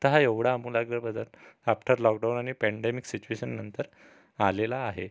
हा एवढा आमूलाग्र बदल आफ्टर लॉकडाऊन आणि पेंडेमिक सिचुएशननंतर आलेला आहे